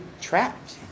trapped